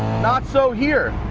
not so here.